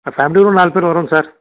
ஆ ஃபேமிலியோடு நாலு பேர் வரோம் சார்